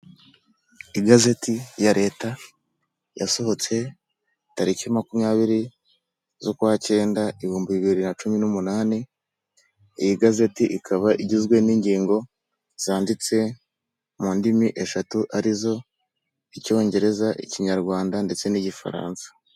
Igazeti ya leta yasohotse tariki makumyabiri z'ukwa cyenda ibihumbi bibiri na cumi n'umunani, iyi gazeti ikaba igizwe n'ingingo zanditse mu ndimi eshatu arizo Icyongereza, Ikinyarwanda ndetse n'Igifaransa.